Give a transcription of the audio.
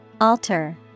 Alter